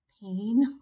pain